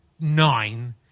nine